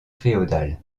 féodale